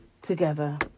together